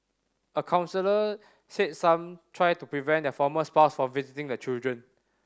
a counsellor said some try to prevent their former spouse from visiting the children